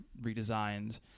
redesigned